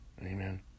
Amen